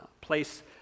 place